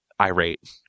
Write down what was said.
irate